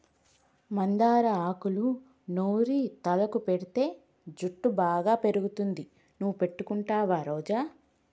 మందార ఆకులూ నూరి తలకు పెటితే జుట్టు బాగా పెరుగుతుంది నువ్వు పెట్టుకుంటావా రోజా